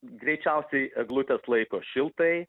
greičiausiai eglutes laiko šiltai